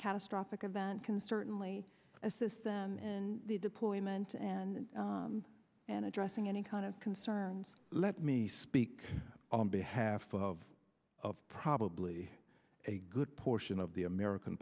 catastrophic event concert only assist them in the deployment and and addressing any kind of concerns let me speak on behalf of of probably a good portion of the american